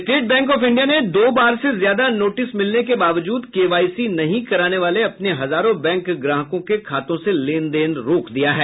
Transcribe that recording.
state Bank of India ने दो बार से ज्यादा नोटिस मिलने के बावजूद केवाईसी नहीं कराने वाले अपने हजारों बैंक ग्राहकों के खातों से लेन देन रोक दिया है